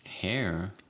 Hair